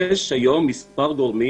יש היום מספר גורמים